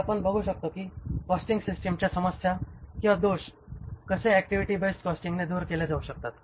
तर आता आपण बघू कि कॉस्टिंग सिस्टमच्या समस्या किंवा दोष कसे ऍक्टिव्हिटी बेस्ड कॉस्टिंगने दूर केले जाऊ शकतात